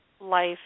life